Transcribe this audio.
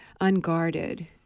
unguarded